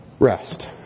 Rest